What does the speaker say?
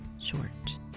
short